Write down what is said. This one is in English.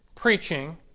preaching